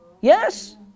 yes